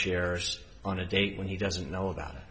shares on a date when he doesn't know about